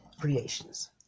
Creations